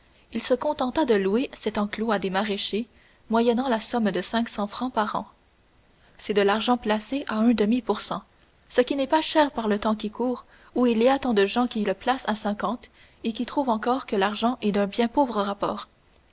il se contenta de louer cet enclos à des maraîchers moyennant la somme de cinq cent francs par an c'est de l'argent placé à un demi pour cent ce qui n'est pas cher par le temps qui court où il y a tant de gens qui le placent à cinquante et qui trouvent encore que l'argent est d'un bien pauvre rapport